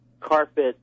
carpet